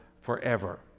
forever